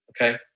okay